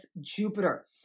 Jupiter